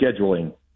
scheduling